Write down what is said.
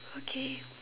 okay